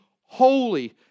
holy